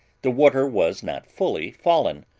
the water was not fully fallen,